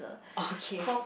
okay